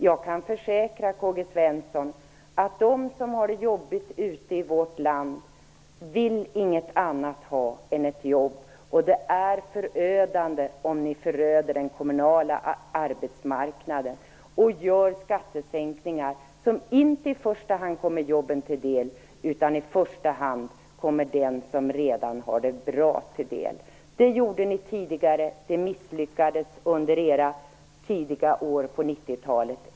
Jag kan försäkra, Karl-Gösta Svenson, att de som har det jobbigt ute i vårt land inte vill annat ha än ett jobb. Det är förödande om ni föröder den kommunala arbetsmarknaden och gör skattesänkningar som inte i första hand kommer jobbarna till del, utan den som redan har det bra. Det gjorde ni tidigare. Det misslyckades under era år på tidiga 90-talet.